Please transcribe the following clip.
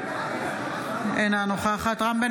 אינה נוכחת רם בן